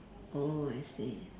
oh I see